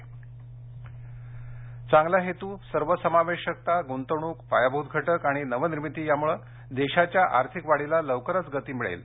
मोदी चांगला हेतू सर्वसमावेशकता गुंतवणूक पायाभूत घटक आणि नवनिर्मिती यामुळे देशाच्या आर्थिक वाढीला लवकरच गती मिळेल